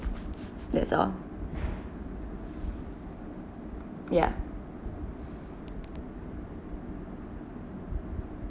that's all ya